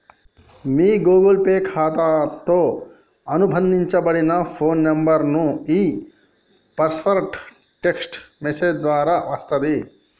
మీ Google Pay ఖాతాతో అనుబంధించబడిన phone నంబర్కు ఈ పాస్వర్డ్ టెక్ట్స్ మెసేజ్ ద్వారా వస్తది